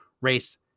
race